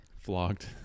Flogged